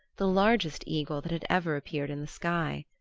the largest eagle that had ever appeared in the sky.